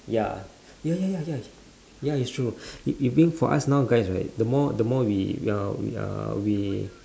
ya ya ya ya ya ya it's true if you build for us now guys right the more the more we we are we are we